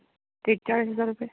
तीस चाळीस हजार रुपये